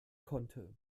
konnte